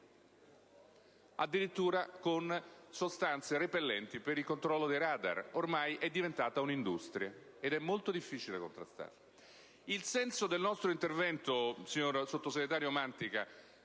addirittura con sostanze repellenti per il controllo dei radar. Ormai è diventata un'industria, ed è molto difficile contrastarla. Il senso del nostro intervento, signor sottosegretario Mantica,